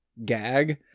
gag